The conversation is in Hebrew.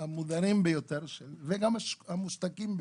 המודרים ביותר, וגם המושתקים ביותר.